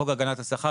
חוק הגנת השכר,